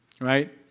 Right